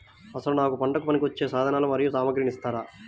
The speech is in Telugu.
అసలు నాకు పంటకు పనికివచ్చే సాధనాలు మరియు సామగ్రిని ఇస్తారా?